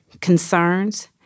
concerns